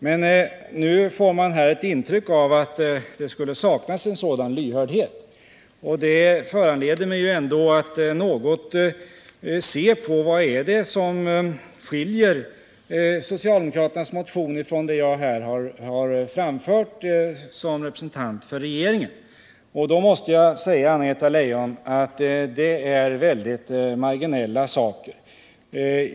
Men nu får man ett intryck av att en sådan lyhördhet skulle saknas, och det föranleder mig att något se på vad det är som skiljer socialdemokraternas motion från det jag här har framfört som representant för regeringen. Det är, Anna-Greta Leijon, väldigt marginella saker.